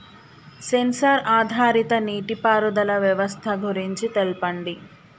Censor ఆధారిత నీటిపారుదల వ్యవస్థ గురించి తెల్పండి?